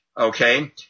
Okay